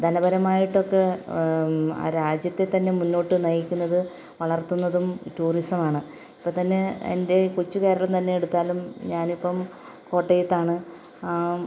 ധനപരമായിട്ടൊക്കെ രാജ്യത്തെ തന്നെ മുന്നോട്ടു നയിക്കുന്നത് വളർത്തുന്നതും ടൂറിസമാണ് ഇപ്പം തന്നെ എൻ്റെ കൊച്ച് കേരളം തന്നെ എടുത്താലും ഞാനിപ്പം കോട്ടയത്താണ്